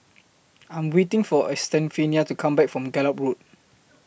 I Am waiting For Estefania to Come Back from Gallop Road